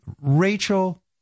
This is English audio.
Rachel